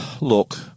Look